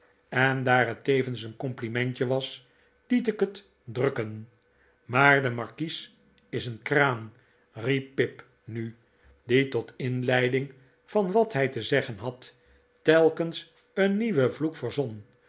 en daar het tevens een complimentje was liet ik het drukken maar de markies is een kraan riep pip nu die tot inleiding van wat hij te zeggen had telkens een nieuwen vloek verzon